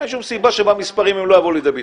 אין שום סיבה שבמספרים הם לא יבואו לידי ביטוי.